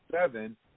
seven